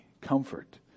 comfort